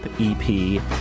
EP